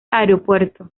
aeropuerto